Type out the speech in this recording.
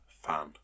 fan